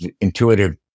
intuitive